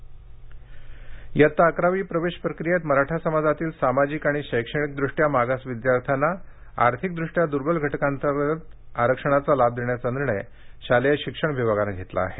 अकरावी इयत्ता अकरावी प्रवेशप्रक्रियेत मराठा समाजातील सामाजिक आणि शैक्षणिक दृष्ट्या मागास विद्यार्थ्यांना आर्थिकदृष्ट्या दूर्बल घटकां अंतर्गत आरक्षणाचा लाभ देण्याचा निर्णय शालेय शिक्षण विभागाने घेतला आहे